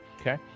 Okay